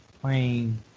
playing